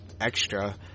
extra